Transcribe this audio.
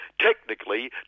technically